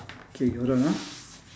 okay you hold on ah